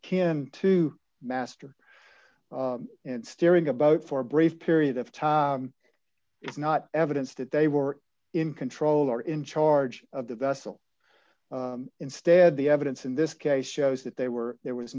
kin to master and steering about for a brief period of time is not evidence that they were in control or in charge of the vessel instead the evidence in this case shows that they were there was